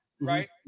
right